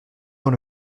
dans